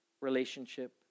relationship